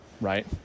right